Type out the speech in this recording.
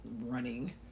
running